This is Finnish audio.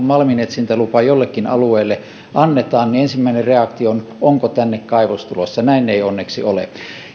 malminetsintälupa jollekin alueelle annetaan ensimmäinen reaktio on että onko tänne kaivos tulossa näin ei onneksi ole